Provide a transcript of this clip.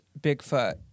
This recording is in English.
Bigfoot